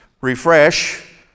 refresh